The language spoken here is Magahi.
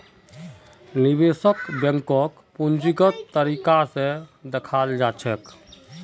निवेश बैंकक पूंजीगत तरीका स दखाल जा छेक